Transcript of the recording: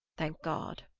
thank god.